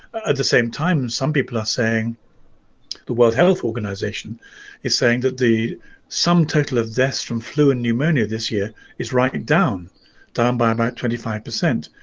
at the same time some people are saying the world health organization is saying that the sum total of deaths from flu and pneumonia this year is writing down by about twenty five percent,